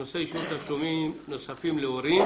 הנושא: אישור תשלומים נוספים להורים